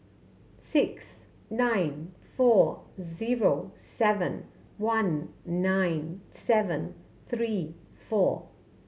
six nine four zero seven one nine seven three four